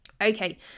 okay